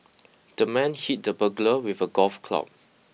the man hit the burglar with a golf club